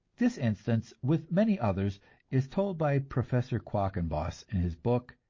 this instance with many others is told by professor quackenbos in his book,